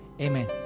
Amen